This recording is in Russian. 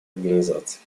организаций